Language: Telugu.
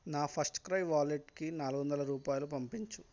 నా ఫస్ట్క్రై వాలెట్కి నాలుగు వందల రూపాయలు పంపించు